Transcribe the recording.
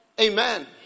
Amen